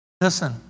Listen